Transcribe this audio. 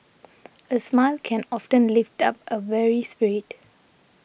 a smile can often lift up a weary spirit